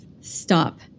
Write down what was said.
stop